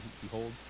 Behold